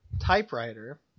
typewriter